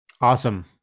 Awesome